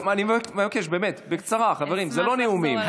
אבל באמת, אני מבקש, בקצרה, חברים, זה לא נאומים.